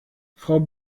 frau